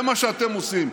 זה מה שאתם עושים,